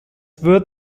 wird